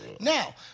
Now